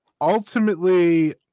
ultimately